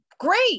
great